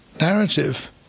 narrative